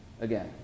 again